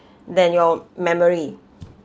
than your memory